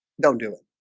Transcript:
don't do it